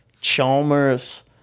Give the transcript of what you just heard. Chalmers